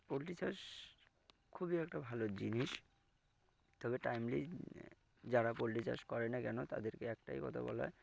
poultry চাষ খুবই একটা ভালো জিনিস তবে টাইমলি যারা পোলট্রী চাষ করে না কেন তাদেরকে একটাই কথা বলা হয়